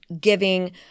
giving